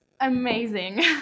amazing